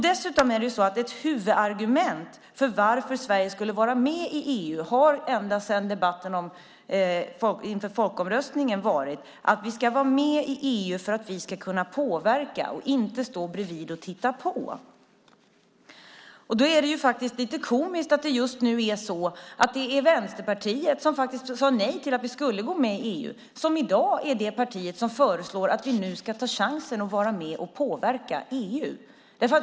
Dessutom är det så att ett huvudargument för att Sverige ska vara med i EU ända sedan debatten inför folkomröstningen har varit att vi ska kunna påverka och inte stå bredvid och titta på. Då är det faktiskt lite komiskt att det just nu är Vänsterpartiet, som sade nej till att vi skulle gå med i EU, som är det parti som föreslår att vi nu ska ta chansen att vara med och påverka EU.